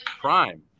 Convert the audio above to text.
Crime